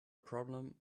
problem